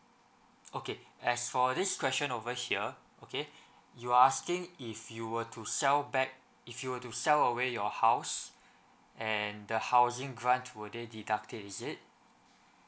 okay as for this question over here okay you are asking if you were to sell back if you were to sell away your house and the housing grant will they deduct it is it